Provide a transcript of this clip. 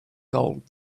gold